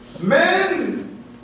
Men